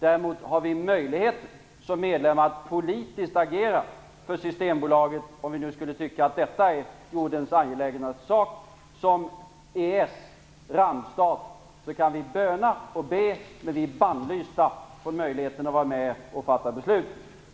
Däremot har vi som medlemmar möjlighet att agera politiskt för Systembolaget - om vi nu skulle tycka att det är jordens mest angelägna sak. Som EES randstat kan vi böna och be, men vi är bannlysta från möjligheten att vara med och fatta beslut.